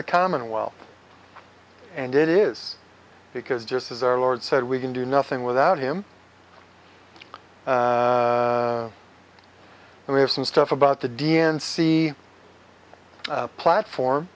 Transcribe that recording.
the commonwealth and it is because just as our lord said we can do nothing without him and we have some stuff about the d n c platform